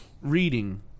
reading